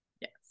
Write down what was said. yes